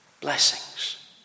Blessings